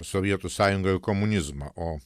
sovietų sąjungą ir komunizmą o